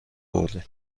بردیم